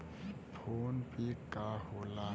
PhonePe का होला?